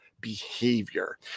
behavior